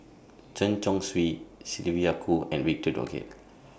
Chen Chong Swee Sylvia Kho and Victor Doggett